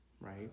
right